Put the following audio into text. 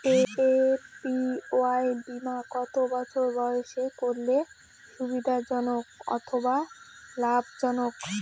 APY বীমা কত বছর বয়সে করলে সুবিধা জনক অথবা লাভজনক?